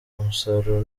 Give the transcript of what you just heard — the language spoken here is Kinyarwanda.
umusaruro